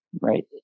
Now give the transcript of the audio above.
Right